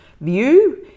view